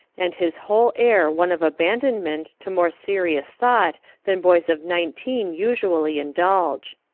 and his whole air one of abandonment to more serious thought than boys of nineteen usually indulge.